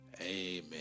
Amen